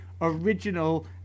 original